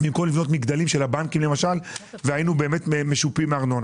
במקום לבנות מגדלים של הבנקים למשל כאשר אז היינו משופים בארנונה.